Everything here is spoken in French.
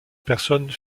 personnes